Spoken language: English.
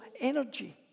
energy